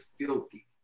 filthy